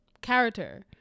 character